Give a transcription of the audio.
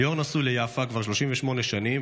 ליאור נשוי ליפה כבר 38 שנים.